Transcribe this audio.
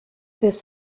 this